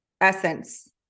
essence